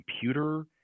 computer